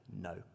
no